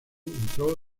entró